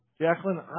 Jacqueline